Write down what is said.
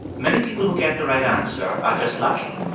many people who get the right answer are just lucky.